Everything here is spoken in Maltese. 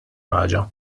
ħaġa